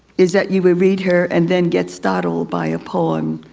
is that you would read her and then get startled by a poem.